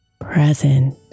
present